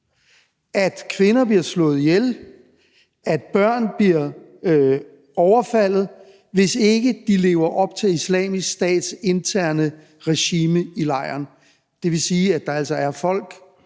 at kvinder bliver slået ihjel, at børn bliver overfaldet, hvis ikke de lever op til Islamisk Stats interne regime i lejren. Det vil sige, at der altså er folk,